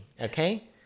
Okay